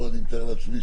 אני רוצה לברך על המהלך.